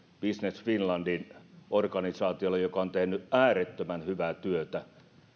business finlandin organisaatiolle joka on tehnyt äärettömän hyvää työtä